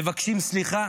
מבקשים סליחה